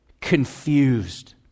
confused